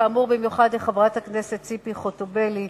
וכאמור במיוחד לחברת הכנסת ציפי חוטובלי,